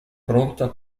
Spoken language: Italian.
pronta